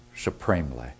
supremely